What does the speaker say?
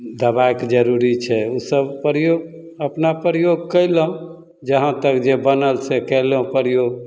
दबाइके जरूरी छै उ सभ प्रयोग अपना प्रयोग कइलहुँ जहाँ तक जे बनल से कयलहुँ प्रयोग